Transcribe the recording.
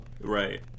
Right